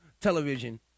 television